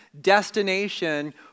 destination